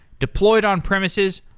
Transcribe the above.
deployed on premises,